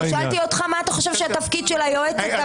שאלתי אותך מה אתה חושב שהתפקיד של היועצת המשפטית לממשלה.